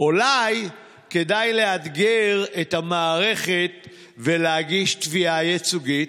אולי כדאי לאתגר את המערכת ולהגיש תביעה ייצוגית?